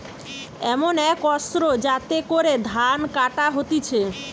এমন এক অস্ত্র যাতে করে ধান কাটা হতিছে